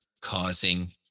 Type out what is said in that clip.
causing